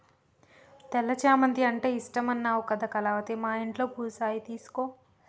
తెల్ల చామంతి అంటే ఇష్టమన్నావు కదా కళావతి మా ఇంట్లో పూసాయి తీసుకో